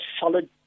solid